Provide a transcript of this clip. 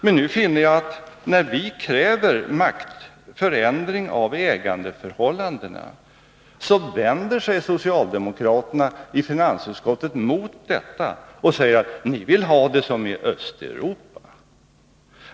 Men nu finner jag att när vi kräver förändring av ägandeförhållandena, så vänder sig socialdemokraterna i finansutskottet mot detta och säger: Ni vill ha det som i Östeuropa.